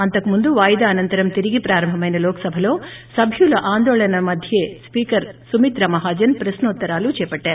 అంతకుముందు వాయిదా అనంతరం తిరిగి ప్రారంభమైన లోక్సభలో సభ్యుల ఆందోళన మధ్యే స్పీకర్ సుమిత్రా మహాజన్ ప్రక్నో త్తరాలు చేపట్టారు